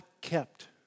kept